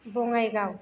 Bongaigaon